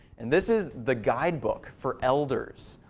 and this is the guide book for elders.